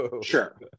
sure